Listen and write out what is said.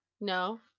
No